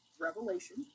Revelation